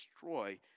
destroy